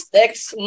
next